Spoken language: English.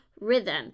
rhythm